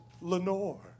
Lenore